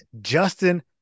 justin